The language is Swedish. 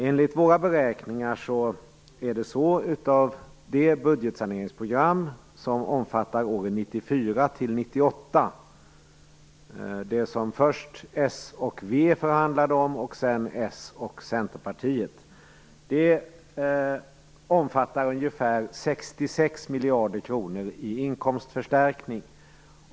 Enligt våra beräkningar omfattar det budgetsaneringsprogram för åren 1994-98 som först s och v förhandlade om och sedan s och c ungefär 66 miljarder kronor i inkomstförstärkning.